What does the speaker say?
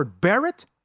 Barrett